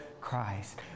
Christ